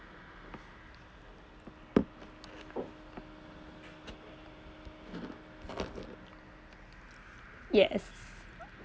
yes